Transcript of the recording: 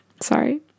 sorry